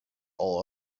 all